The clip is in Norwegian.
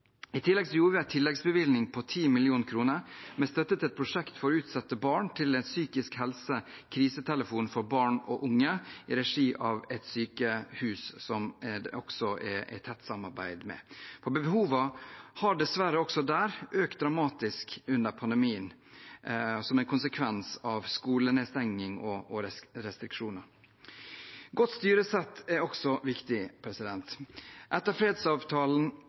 I tillegg gjorde vi en tilleggsbevilgning på 10 mill. kr, med støtte til et prosjekt for utsatte barn, til en psykisk helse-krisetelefon for barn og unge i regi av et sykehus som vi også er i tett samarbeid med. Behovene har dessverre også der økt dramatisk under pandemien, som en konsekvens av skolenedstengning og restriksjoner. Godt styresett er også viktig. Etter fredsavtalen